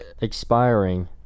expiring